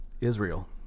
Israel